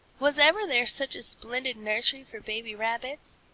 was ever there such a splendid nursery for baby rabbits?